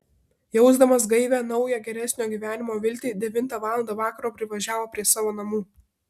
jausdamas gaivią naujo geresnio gyvenimo viltį devintą valandą vakaro privažiavo prie savo namų